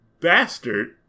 bastard